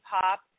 pop